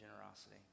generosity